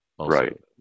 right